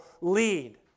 lead